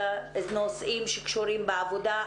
לנושאים שקשורים בעבודה,